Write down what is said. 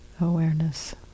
awareness